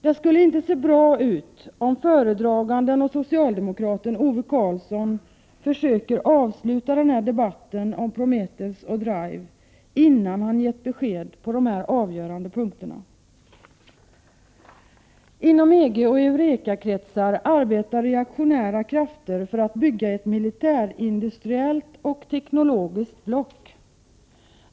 Det skulle inte se bra ut om föredraganden och socialdemokraten Ove Karlsson försöker avsluta debatten om Prometheus och Drive innan han har gett besked på dessa avgörande punkter. Inom EG och i Eureka-kretsar arbetar reaktionära krafter för att bygga ett militärindustriellt och teknologiskt block.